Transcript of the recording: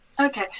Okay